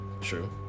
True